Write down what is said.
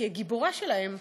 גיבורה שלהם.